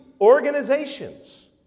organizations